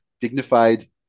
dignified